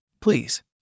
please